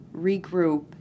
regroup